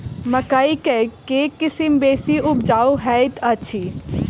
मकई केँ के किसिम बेसी उपजाउ हएत अछि?